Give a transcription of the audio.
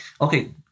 okay